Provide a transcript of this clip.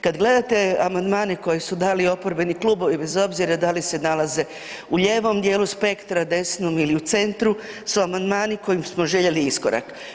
Kad gledate amandmane koje su dali oporbeni klubovi bez obzira da li se nalaze u lijevom dijelu spektra, desnom ili u centru, su amandmani kojim smo željeli iskorak.